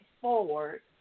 forward